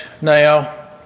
now